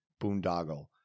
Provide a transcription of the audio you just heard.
boondoggle